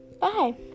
bye